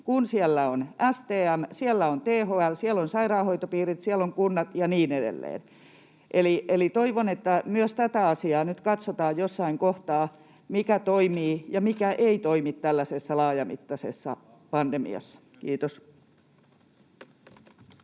kun siellä on STM, siellä on THL, siellä on sairaanhoitopiirit, siellä on kunnat ja niin edelleen. Eli toivon, että nyt katsotaan jossain kohtaa myös tätä asiaa, mikä toimii ja mikä ei toimi tällaisessa laajamittaisessa pandemiassa. — Kiitos. Kiitos,